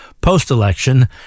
post-election